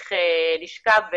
להמשיך לשכב.